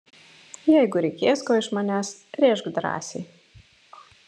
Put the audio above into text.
jeigu reikės ko iš manęs rėžk drąsiai